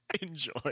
Enjoy